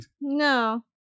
No